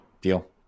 Deal